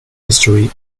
history